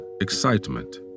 excitement